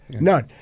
None